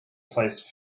placed